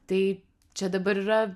tai čia dabar yra